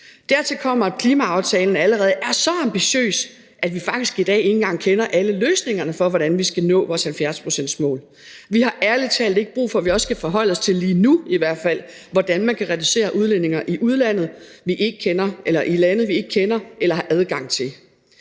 Dertil kommer, at klimaaftalen allerede er så ambitiøs, at vi i dag faktisk ikke engang kender alle løsningerne på, hvordan vi skal nå vores 70-procentsmål. Vi har ærlig talt ikke brug for, i hvert fald ikke lige nu, at vi også skal forholde os til, hvordan man kan reducere udledninger i lande, vi ikke kender eller har adgang til.